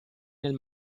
nel